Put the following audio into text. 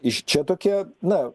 iš čia tokie na